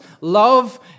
love